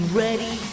ready